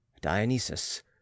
Dionysus